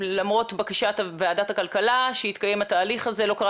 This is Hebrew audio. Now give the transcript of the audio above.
למרות בקשת ועדת הכלכלה שיתקיים התהליך הזה לא קרה